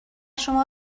شما